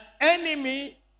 enemy